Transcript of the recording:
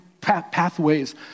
pathways